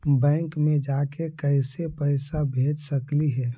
Bank मे जाके कैसे पैसा भेज सकली हे?